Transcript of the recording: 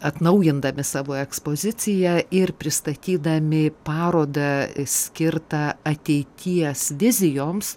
atnaujindami savo ekspoziciją ir pristatydami parodą skirtą ateities vizijoms